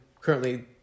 currently